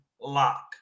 lock